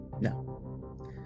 no